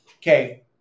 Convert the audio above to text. okay